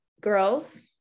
girls